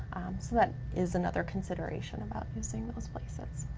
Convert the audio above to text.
so that is another consideration about using those places.